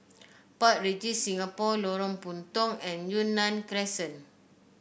Park Regis Singapore Lorong Puntong and Yunnan Crescent